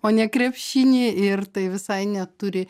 o ne krepšinį ir tai visai neturi